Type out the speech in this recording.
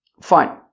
Fine